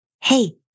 hey